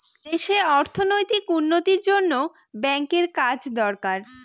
দেশে অর্থনৈতিক উন্নতির জন্য ব্যাঙ্কের কাজ দরকার